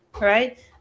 right